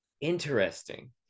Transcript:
interesting